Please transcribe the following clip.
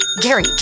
Gary